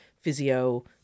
physio